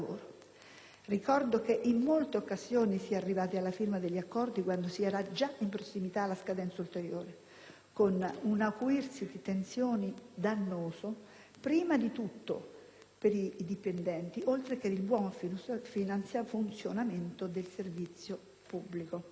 Ricordo che in molte occasioni si è arrivati alla firma degli accordi quando si era già prossimi alla scadenza ulteriore, con un acuirsi di tensioni, dannoso prima di tutto per i dipendenti oltre che per il buon funzionamento dei servizi pubblici.